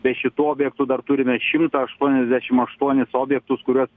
be šitų objektų dar turime šimtą aštuoniasdešim aštuonis objektus kuriuos